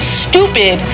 stupid